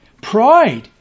Pride